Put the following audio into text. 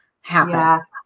happen